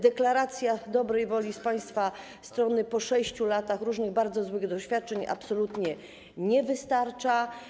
Deklaracja dobrej woli z państwa strony po 6 latach różnych bardzo złych doświadczeń absolutnie nie wystarcza.